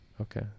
okay